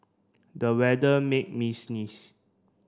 the weather made me sneeze